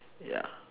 ya